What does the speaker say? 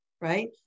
right